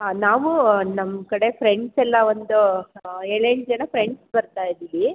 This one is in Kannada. ಹಾಂ ನಾವು ನಮ್ಮ ಕಡೆ ಫ್ರೆಂಡ್ಸ್ ಎಲ್ಲ ಒಂದು ಏಳೆಂಟು ಜನ ಫ್ರೆಂಡ್ಸ್ ಬರ್ತಾ ಇದ್ದೀವಿ